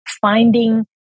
finding